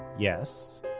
yes,